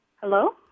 Hello